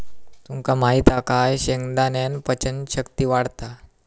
तुमका माहित हा काय शेंगदाण्यान पचन शक्ती वाढता